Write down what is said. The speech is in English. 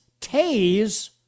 tase